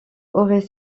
aurait